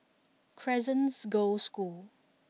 Crescent Girls' School